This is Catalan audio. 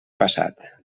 passat